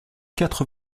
quatre